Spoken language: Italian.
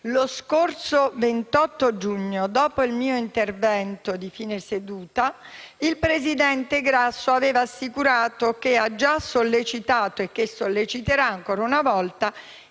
Lo scorso 28 giugno, dopo il mio intervento di fine seduta, il presidente Grasso aveva assicurato che «la Presidenza ha già sollecitato e solleciterà ancora una volta